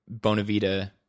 Bonavita